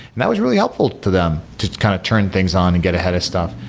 that was really helpful to them to just kind of turn things on and get ahead of stuff.